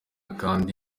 kandi